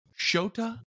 Shota